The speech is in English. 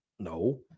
No